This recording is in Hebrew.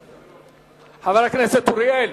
חבר הכנסת אריאל.